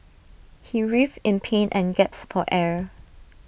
he writhed in pain and gasped for air